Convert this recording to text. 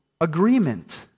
agreement